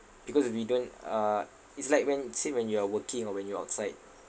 because we don't uh it's like when say when you are working or when you are outside